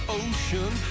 ocean